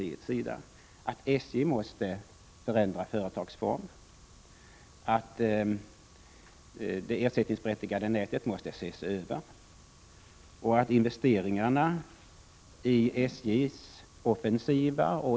De gäller att SJ måste ändra företagsform, att det ersättningsberättigade nätet måste ses över och